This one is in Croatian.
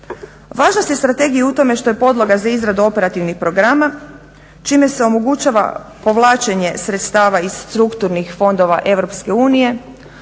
važnost je strategije u tome što je podloga za izradu operativnih programa čime se omogućava povlačenje sredstava iz strukturnih fondova EU,